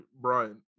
Brian